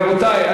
רבותי,